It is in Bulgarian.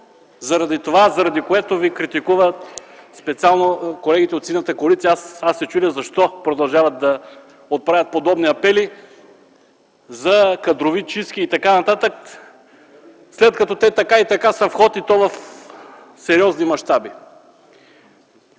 заради това, заради което ви критикуват специално колегите от Синята коалиция. Аз се чудя защо те продължават да отправят подобни апели за кадрови чистки и така нататък, след като тези чистки така и така са в ход и то в сериозни мащаби.